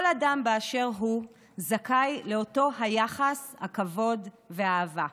כל אדם באשר הוא זכאי לאותו היחס, הכבוד והאהבה.